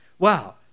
Wow